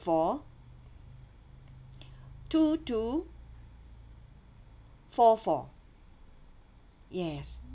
four two two four four yes